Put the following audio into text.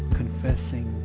confessing